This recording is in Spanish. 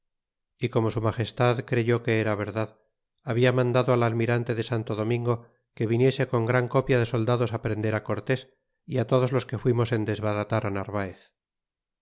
y como su magestad creyó que era verdad habia mandado al almirante de santo domingo que viniese con gran copia de soldados prenderá cortés y todos los que fuimos en desbaratar narvaez